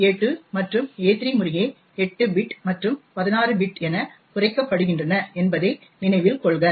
எனவே a2 மற்றும் a3 முறையே 8 பிட் மற்றும் 16 பிட் என குறைக்கப்படுகின்றன என்பதை நினைவில் கொள்க